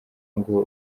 ngo